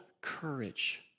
courage